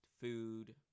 food